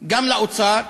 גם לאוצר?